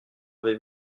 avez